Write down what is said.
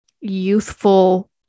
youthful